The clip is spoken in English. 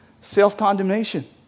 self-condemnation